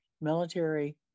military